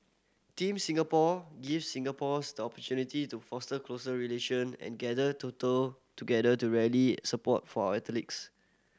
Team Singapore gives Singaporeans opportunity to foster closer relation and gather total together to rally support for our athletes